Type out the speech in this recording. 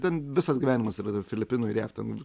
ten visas gyvenimas yra tarp filipinų ir jav